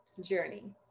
journey